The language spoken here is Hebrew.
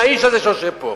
מהאיש הזה שיושב פה.